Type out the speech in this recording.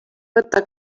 võtta